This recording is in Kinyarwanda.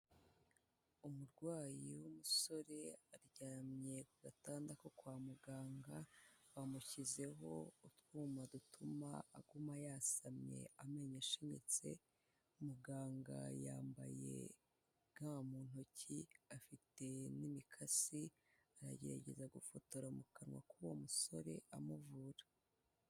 Umurwayi w'umusore aryamye ku gatanda ko kwa muganga, bamushyizeho utwuma dutuma aguma yasamye amenyo ashinnitse, muganga yambaye ga mu ntoki, afite n'imikasi aragerageza gufotora mu kanwa k'uwo musore amuvura.